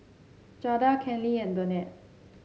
Jada Kenley and Danette